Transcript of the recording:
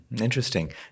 Interesting